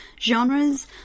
genres